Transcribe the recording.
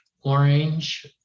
orange